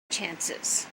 chances